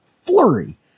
flurry